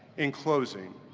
in closing,